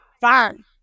fine